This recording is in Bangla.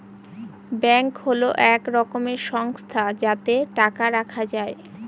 ব্যাঙ্ক হল এক রকমের সংস্থা যাতে টাকা রাখা যায়